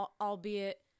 albeit